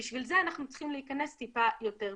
ובשביל זה אנחנו צריכים להיכנס טיפה יותר פנימה.